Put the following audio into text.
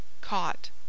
Caught